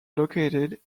located